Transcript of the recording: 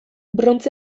brontze